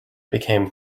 became